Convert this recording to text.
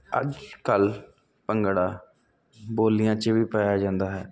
ਅੱਜ ਕੱਲ੍ਹ ਭੰਗੜਾ ਬੋਲੀਆਂ ਚ ਵੀ ਪਾਇਆ ਜਾਂਦਾ ਹੈ